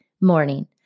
morning